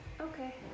Okay